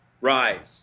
Rise